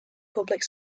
public